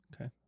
Okay